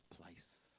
place